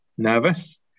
nervous